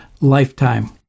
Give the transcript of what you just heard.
lifetime